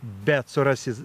bet surasi